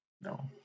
No